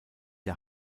der